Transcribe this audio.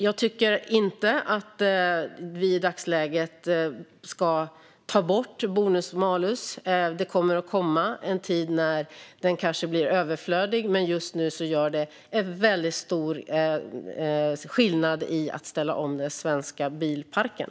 Jag tycker inte att vi i dagsläget ska ta bort bonus-malus-systemet. Det kommer att komma en tid när det kanske blir överflödigt, men just nu gör det väldigt stor skillnad i processen att ställa om den svenska bilparken.